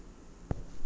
err